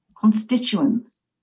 constituents